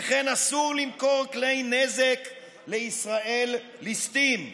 וכן אסור למכור כלי נזק לישראל לסטים"